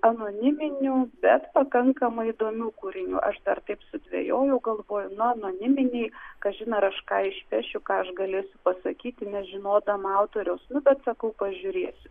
anoniminių bet pakankamai įdomių kūrinių aš dar taip sudvejojau galvoju nu anoniminiai kažin ar kažką išpešiu ką aš galėsiu pasakyti nežinodama autoriaus nu bet sakau pažiūrėsiu